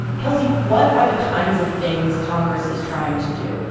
kelsey, what are the kinds of things congress is trying to do?